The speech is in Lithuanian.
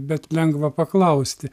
bet lengva paklausti